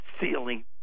ceiling